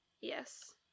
yes